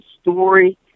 story